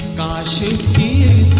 da so da